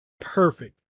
perfect